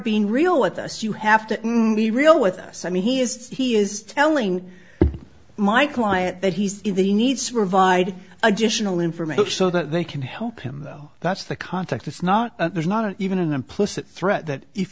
being real with us you have to be real with us i mean he is he is telling my client that he's if he needs to provide additional information so that they can help him though that's the context it's not there's not even an implicit threat that if